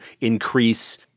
increase